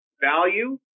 value